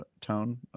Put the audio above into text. tone